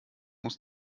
muss